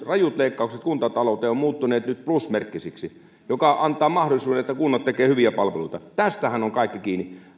rajut leikkaukset kuntatalouteen ovat muuttuneet nyt plusmerkkisiksi mikä antaa sen mahdollisuuden että kunnat tekevät hyviä palveluita tästähän on kaikki kiinni me